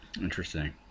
Interesting